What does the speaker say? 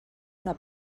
una